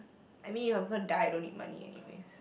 I mean if I'm gonna die I don't need money anyways